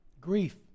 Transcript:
Grief